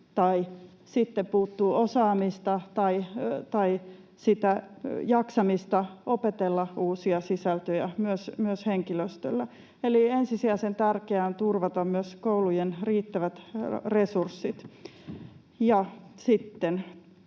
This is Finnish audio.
tai sitten puuttuu osaamista tai sitä jaksamista opetella uusia sisältöjä, myös henkilöstöllä. Eli ensisijaisen tärkeää on turvata koulujen riittävät resurssit